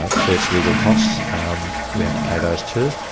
ah firth's legal costs we have to pay those too.